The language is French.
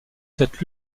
cette